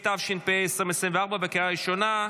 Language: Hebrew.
התשפ"ה 2024, לקריאה ראשונה.